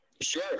Sure